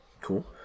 cool